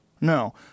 no